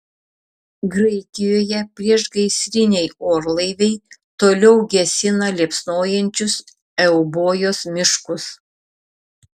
graikijoje priešgaisriniai orlaiviai toliau gesina liepsnojančius eubojos miškus